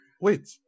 wait